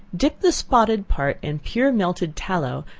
dip the spotted part in pure melted tallow,